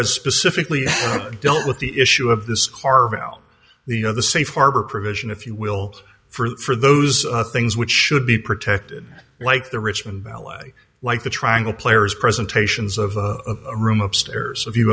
has specifically dealt with the issue of this car the you know the safe harbor provision if you will for those things which should be protected like the richmond ballet like the triangle players presentations of a room upstairs